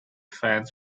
fans